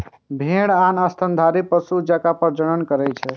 भेड़ आन स्तनधारी पशु जकां प्रजनन करै छै